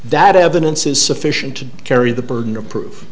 that evidence is sufficient to carry the burden of proof